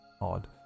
odd